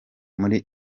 muri